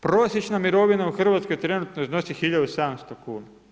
Prosječna mirovina u Hrvatskoj, trenutno iznosi 1700 kn.